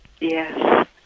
yes